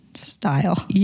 Style